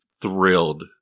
thrilled